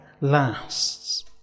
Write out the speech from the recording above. lasts